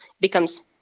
becomes